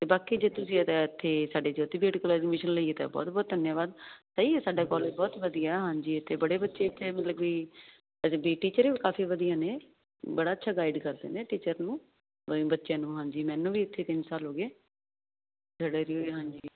ਬਾਕੀ ਜੇ ਤੁਸੀਂ ਇਹਦਾ ਇਥੇ ਸਾਡੇ ਜੋਤੀਬੇਸ਼ਨ ਲਈ ਤਾਂ ਬਹੁਤ ਬਹੁਤ ਧੰਨਵਾਦ ਸਹੀ ਐ ਸਾਡਾ ਕਾਲਜ ਬਹੁਤ ਵਧੀਆ ਹਾਂਜੀ ਇਥੇ ਬੜੇ ਬੱਚੇ ਇਥੇ ਮਤਲਬ ਕੀ ਟੀਚਰ ਕਾਫੀ ਵਧੀਆ ਨੇ ਬੜਾ ਅੱਛਾ ਗਾਈਡ ਕਰਦੇ ਨੇ ਟੀਚਰ ਨੂੰ ਬੱਚੇ ਨੂੰ ਹਾਂਜੀ ਮੈਨੂੰ ਵੀ ਇੱਥੇ ਤਿੰਨ ਸਾਲ ਹੋ ਗਏ ਹਾਂਜੀ